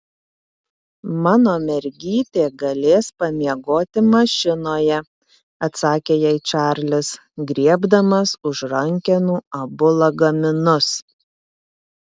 mano mergytė galės pamiegoti mašinoje atsakė jai čarlis griebdamas už rankenų abu lagaminus